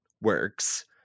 works